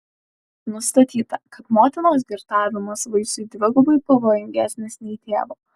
nustatyta kad motinos girtavimas vaisiui dvigubai pavojingesnis nei tėvo